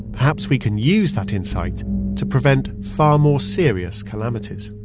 perhaps we can use that insight to prevent far more serious calamities